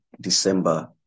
December